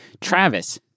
Travis